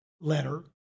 letter